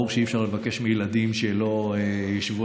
ברור שאי-אפשר לבקש מילדים שלא ישבו